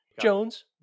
Jones